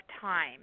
time